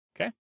Okay